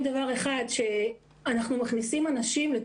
בדקתם את זה?